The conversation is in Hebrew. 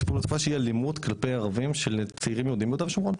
תופעה שהיא אלימות כלפי ערבים של צעירים יהודים ביהודה ושומרון.